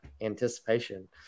anticipation